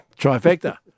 trifecta